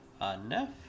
enough